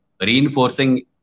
reinforcing